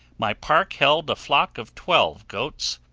my park held a flock of twelve goats,